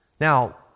Now